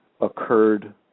occurred